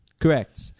Correct